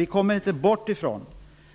Vi kommer dock inte ifrån